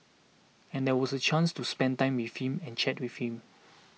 and that was a chance to spend time with him and chat with him